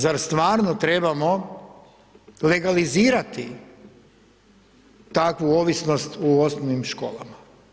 Zar stvarno trebamo legalizirati takvu ovisnost u osnovnim školama?